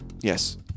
Yes